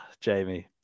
Jamie